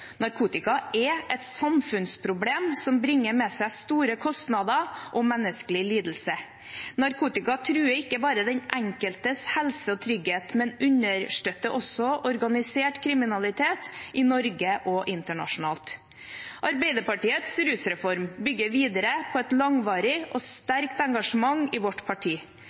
Narkotika er et samfunnsproblem som bringer med seg store kostnader og menneskelig lidelse. Narkotika truer ikke bare den enkeltes helse og trygghet, men understøtter også organisert kriminalitet i Norge og internasjonalt. Arbeiderpartiets rusreform bygger videre på et langvarig og sterkt engasjement i vårt parti.